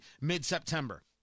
mid-September